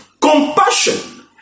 compassion